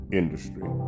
industry